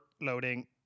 Loading